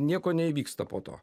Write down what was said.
nieko neįvyksta po to